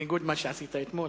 בניגוד למה שעשית אתמול.